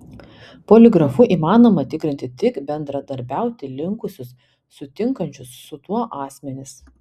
poligrafu įmanoma tikrinti tik bendradarbiauti linkusius sutinkančius su tuo asmenis